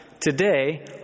Today